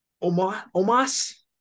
Omas